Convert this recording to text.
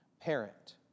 parent